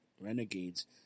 Renegades